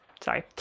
sorry